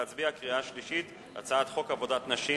נא להצביע בקריאה שלישית על הצעת חוק עבודת נשים